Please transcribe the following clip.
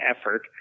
effort